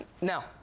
Now